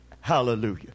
Hallelujah